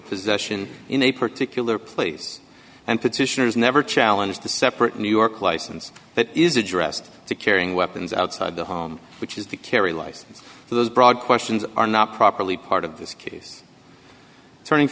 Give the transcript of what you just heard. possession in a particular place and petitioners never challenge the separate new york license that is addressed to carrying weapons outside the home which is to carry license those broad questions are not properly part of this case turning